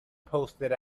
posted